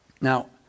Now